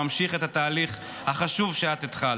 שממשיך את התהליך החשוב שאת התחלת,